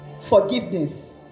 forgiveness